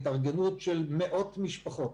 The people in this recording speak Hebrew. התארגנות של מאות משפחות.